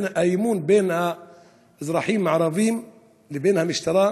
האמון בין האזרחים הערבים לבין המשטרה,